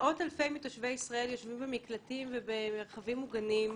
מאות-אלפי תושבי ישראל יושבים במקלטים ובמרחבים מוגנים,